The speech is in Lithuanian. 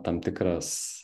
tam tikras